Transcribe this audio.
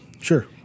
Sure